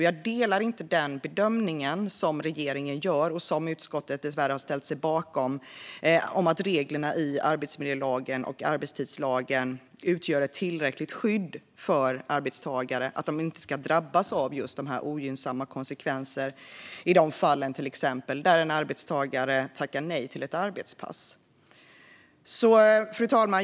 Jag delar inte den bedömning som regeringen gör, och som utskottet dessvärre har ställt sig bakom, att reglerna i arbetsmiljölagen och arbetstidslagen utgör ett tillräckligt skydd för arbetstagare så att de inte drabbas av ogynnsamma konsekvenser exempelvis i fall där en arbetstagare tackar nej till ett arbetspass. Fru talman!